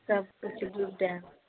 सभ किछु डुबि डाबि गेलै